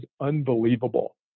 unbelievable